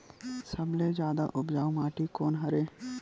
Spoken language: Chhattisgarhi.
सबले जादा उपजाऊ माटी कोन हरे?